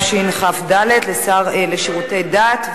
לשר לשירותי דת.